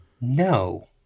No